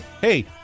hey